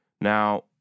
Now